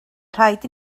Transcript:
rhaid